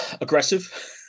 Aggressive